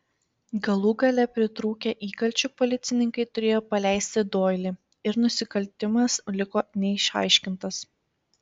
galų gale pritrūkę įkalčių policininkai turėjo paleisti doilį ir nusikaltimas liko neišaiškintas